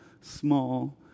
small